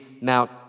Mount